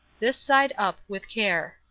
this side up with care.